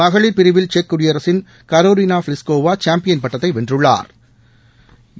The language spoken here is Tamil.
மகளில் பிரிவில் செக் குடியரசின் கரோலினா பிளிஸ்கோவா சாம்பின் பட்டத்தை வென்றுள்ளாா்